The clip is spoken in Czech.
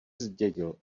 zdědil